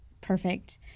perfect